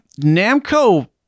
namco